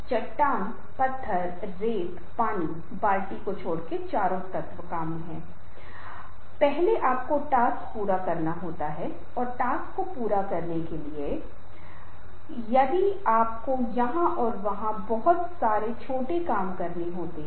जैसा कि मैंने पहले बताया जब हम आवाज कौशल के बारे में भी बात कर रहे थे आपको बहुत सी चीजों को लेने की जरूरत नहीं है गति को अलग अलग करें ताकि यह नीरस न हो जाए मात्रा भिन्न हो जाए क्योंकि यह नाटकीय हो जाती है इंटोनेशोण अलग अलग होती है इसलिए उत्तेजना भावनाओं रुचि अन्य चीजों में संचार होता है